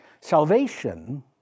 Salvation